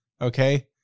okay